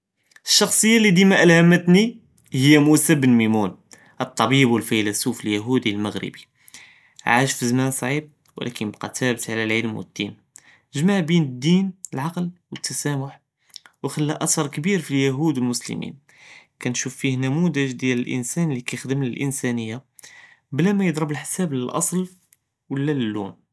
אלשַחְסִיָה לי דימה אלהמנתני היא מוסא בן מימון אלטביב אלפילסוף אלמע׳רבי, עאש זמאן צע׳יב ולכּן בקה ת׳אבת עלא אלעלם ואלדין, ג׳מע מא בין אלדין אלעקל ואלתסאמח, וخلָא את׳ר כביר פלאיהוד ואלמוסלמין, כנשוף פיה נמד׳ד׳ג דיאל אלאנסאן לי כיחדאם לאלאַנסאניה בלא מיְדְרבּ לחסאב לאלאצל ולא ללוג׳ה.